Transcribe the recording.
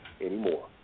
anymore